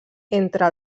entre